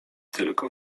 tylko